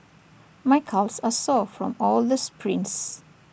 my calves are sore from all the sprints